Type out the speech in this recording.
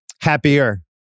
Happier